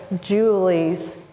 Julie's